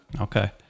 Okay